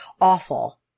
awful